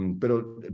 Pero